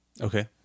Okay